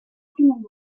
œcuménique